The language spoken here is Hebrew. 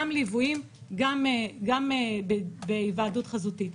גם ליוויים, גם בהיוועדות חזותית.